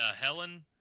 Helen